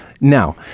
Now